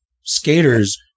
skaters